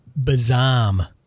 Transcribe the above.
bazam